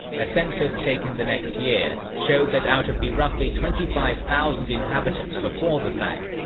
a census taken the next year showed that out of the roughly twenty five thousand inhabitants before the sack,